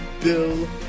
Bill